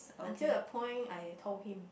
until the point I told him